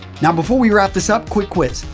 now, before we wrap this up, quick quiz.